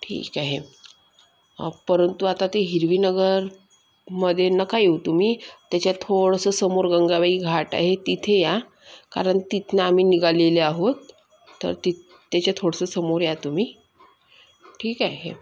ठीक आहे परंतु आता ते हिरवीनगरमध्ये नका येऊ तुम्ही त्याच्या थोडंसं समोर गंगाबाई घाट आहे तिथे या कारण तिथून आम्ही निघालेले आहोत तर तिथं त्याच्या थोडंसं समोर या तुम्ही ठीक आहे